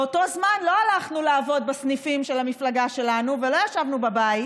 באותו זמן לא הלכנו לעבוד בסניפים של המפלגה שלנו ולא ישבנו בבית